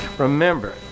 Remember